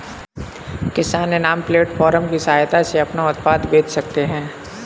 किसान इनाम प्लेटफार्म की सहायता से अपना उत्पाद बेच सकते है